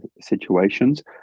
situations